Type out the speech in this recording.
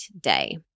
day